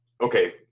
okay